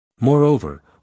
Moreover